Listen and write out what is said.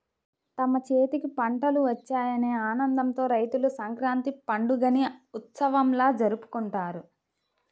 తమ చేతికి పంటలు వచ్చాయనే ఆనందంతో రైతులు సంక్రాంతి పండుగని ఉత్సవంలా జరుపుకుంటారు